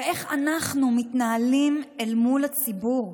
איך אנחנו מתנהלים מול הציבור.